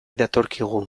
datorkigu